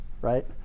right